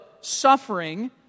suffering